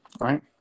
right